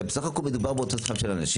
בסך הכול מדובר בהוצאות של אנשים.